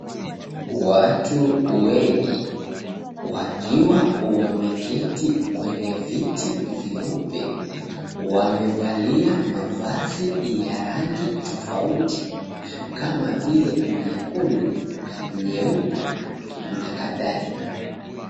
Watu wengi, wakiwa wameketi kwenye viti vyeupe, wamevalia mavazi ya rangi tofauti kama vile nyekundu, nyeupe na kadhalika.